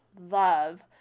love